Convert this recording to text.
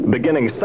Beginning